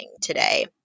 today